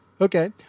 Okay